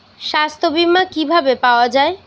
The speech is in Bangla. সাস্থ্য বিমা কি ভাবে পাওয়া যায়?